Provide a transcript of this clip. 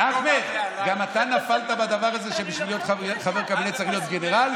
גם אתה נפלת בדבר הזה שבשביל להיות חבר קבינט צריך להיות גנרל?